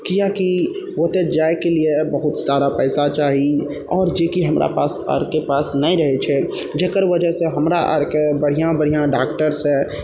किआकि ओतऽ जाइके लिये बहुत सारा पैसा चाही आओर जेकि हमरा पास आरके पास नहि रहै छै जकर वजहसँ हमरा आरके बढ़िआँ बढ़िआँ डॉक्टरसँ